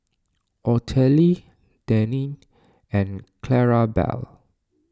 Ottilie Denine and Clarabelle